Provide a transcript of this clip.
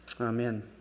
Amen